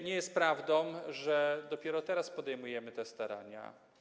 Nie jest prawdą, że dopiero teraz podejmujemy te starania.